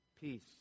Peace